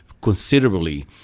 considerably